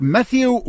Matthew